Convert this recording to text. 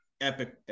epic